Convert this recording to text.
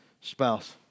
spouse